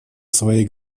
своей